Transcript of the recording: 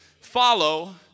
follow